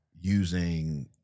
using